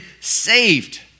saved